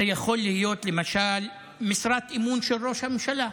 זה יכול להיות, למשל, משרת אמון של ראש הממשלה,